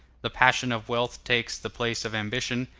the passion of wealth takes the place of ambition,